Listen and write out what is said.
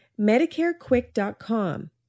MedicareQuick.com